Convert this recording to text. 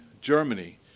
Germany